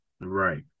Right